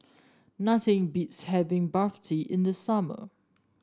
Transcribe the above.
nothing beats having Barfi in the summer